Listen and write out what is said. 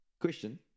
Question